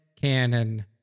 cannon